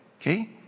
Okay